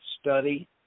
study